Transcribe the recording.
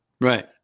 right